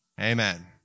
amen